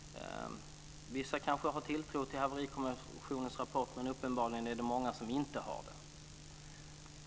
Vissa har kanske tilltro till Haverikommissionens rapport, men uppenbarligen är det många som inte har det.